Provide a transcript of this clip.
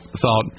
thought